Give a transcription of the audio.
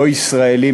לא ישראלים,